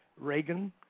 Reagan